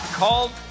called